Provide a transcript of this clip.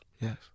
Yes